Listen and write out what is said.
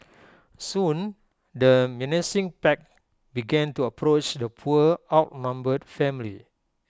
soon the menacing pack began to approach the poor outnumbered family